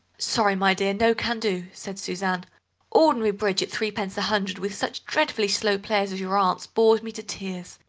sorry, my dear, no can do, said suzanne ordinary bridge at three-pence a hundred, with such dreadfully slow players as your aunts, bores me to tears.